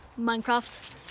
Minecraft